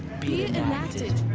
be it enacted.